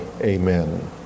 Amen